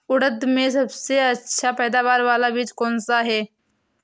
उड़द में सबसे अच्छा पैदावार वाला बीज कौन सा है?